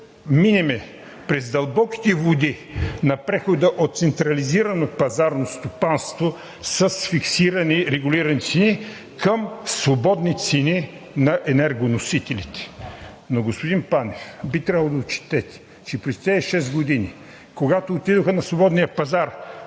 минем през дълбоките води на прехода от централизирано пазарно стопанство с фиксирани, регулирани цени към свободни цени на енергоносителите. Но, господин Панев, би трябвало да отчетете, че през тези шест години, когато отидоха на свободния пазар